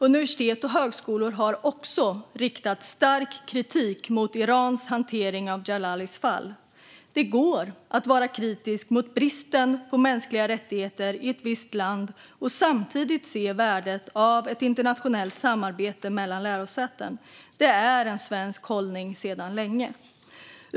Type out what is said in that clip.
Universitet och högskolor har också riktat stark kritik mot Irans hantering av Ahmadreza Djalalis fall. Det går att vara kritisk mot bristen på mänskliga rättigheter i ett visst land och samtidigt se värdet av ett internationellt samarbete mellan lärosäten. Det är en svensk hållning sedan länge.